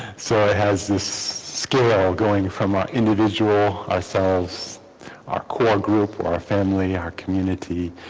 so it has this scale going from our individual ourselves our core group our family our community